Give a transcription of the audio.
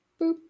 boop